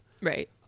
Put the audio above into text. Right